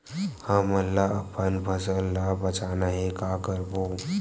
हमन ला अपन फसल ला बचाना हे का करबो?